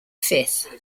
fifth